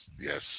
yes